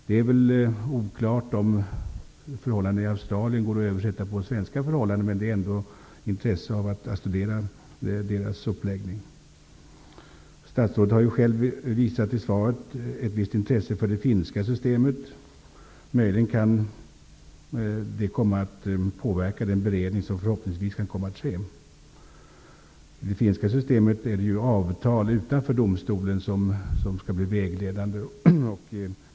Det är väl oklart om förhållandena i Australien går att översätta till svenska förhållanden, men det finns ändå intresse av att studera deras uppläggning. Statsrådet har själv i svaret visat ett visst intresse för det finska systemet. Möjligen kan det komma att påverka den beredning som förhoppningsvis kan komma att ske. I det finska systemet är det avtal utanför domstolen som skall bli vägledande.